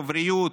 בבריאות,